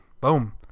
Boom